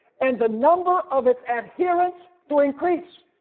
and the number of its adherents to increase.